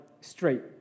straight